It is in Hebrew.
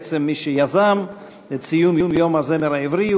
בעצם מי שיזם את ציון יום הזמר העברי,